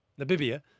Namibia